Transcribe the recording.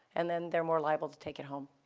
and then they're more liable to take it home.